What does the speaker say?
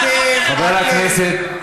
אתם מנסים, חברי הכנסת.